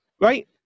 Right